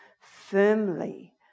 firmly